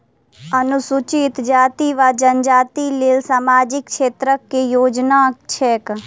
अनुसूचित जाति वा जनजाति लेल सामाजिक क्षेत्रक केँ योजना छैक?